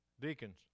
Deacons